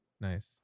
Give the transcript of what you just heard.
nice